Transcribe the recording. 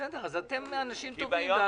בסדר, אז אתם אנשים טובים והגונים.